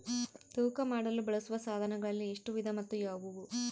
ತೂಕ ಮಾಡಲು ಬಳಸುವ ಸಾಧನಗಳಲ್ಲಿ ಎಷ್ಟು ವಿಧ ಮತ್ತು ಯಾವುವು?